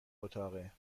اتاقه